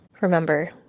Remember